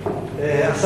שלמה,